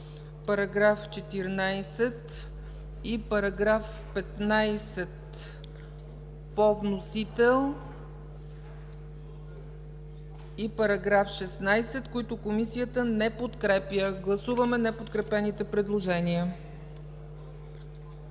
параграфи 13, 14 и 15 по вносител и § 16, които Комисията не подкрепя. Гласуваме неподкрепените предложения.